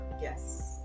Yes